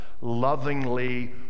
lovingly